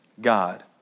God